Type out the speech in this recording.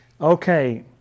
Okay